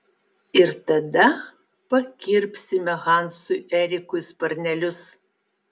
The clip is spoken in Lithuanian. ir tada pakirpsime hansui erikui sparnelius